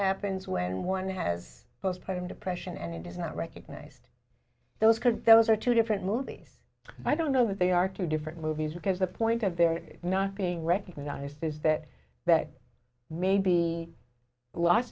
happens when one has postpartum depression and it is not recognized those because those are two different movies i don't know that they are two different movies because the point that they're not being recognized is that that may be lo